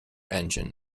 engine